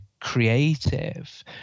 creative